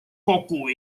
kogu